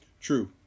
True